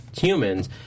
humans